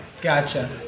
Gotcha